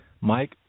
Mike